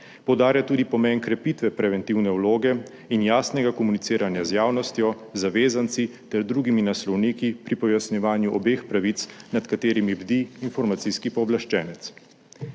Poudarja tudi pomen krepitve preventivne vloge in jasnega komuniciranja z javnostjo, zavezanci ter drugimi naslovniki pri pojasnjevanju obeh pravic, nad katerima bdi Informacijski pooblaščenec.